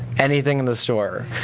anything in the store.